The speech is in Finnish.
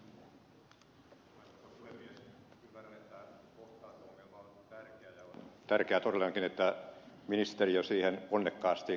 ymmärrän että kohtaanto ongelma on tärkeä ja on tärkeää todellakin että ministeriö siihen ponnekkaasti tarttuu